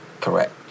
Correct